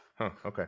Okay